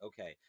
okay